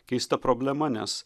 keista problema nes